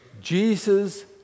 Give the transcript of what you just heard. Jesus